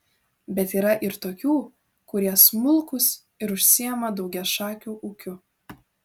bet yra ir tokių kurie smulkūs ir užsiima daugiašakiu ūkiu